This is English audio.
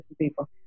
people